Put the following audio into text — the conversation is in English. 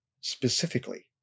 specifically